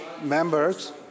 Members